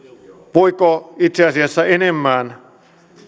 voiko itse asiassa enemmän